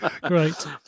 great